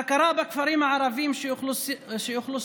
הכרה בכפרים הערביים שאוכלוסייתם